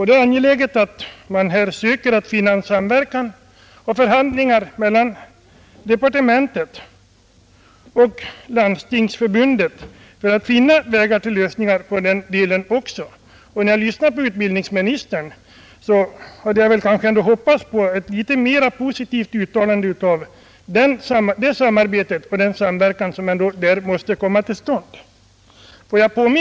Det är angeläget att man i samverkan och i förhandlingar mellan departementet och Landstingsförbundet söker finna vägar till en lösning. När jag lyssnade på utbildningsministern hade jag kanske ändå hoppats på ett mera positivt uttalande om det samarbete och den samverkan som här måste komma till stånd.